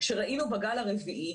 שראינו בגל הרביעי,